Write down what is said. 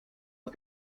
het